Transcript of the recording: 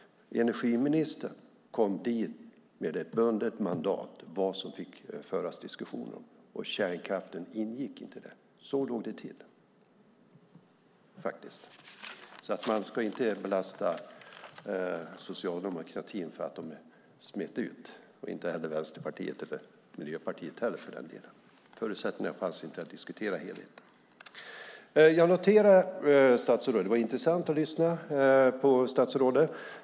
Energiministern kom dit med ett bundet mandat om vad det fick föras diskussion om, och kärnkraften ingick inte i det. Så låg det faktiskt till. Man ska alltså inte belasta Socialdemokraterna för att de smet ut, inte heller Vänsterpartiet eller Miljöpartiet för den delen. Det fanns inte förutsättningar att diskutera helheten. Det var intressant att lyssna på statsrådet.